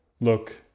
Look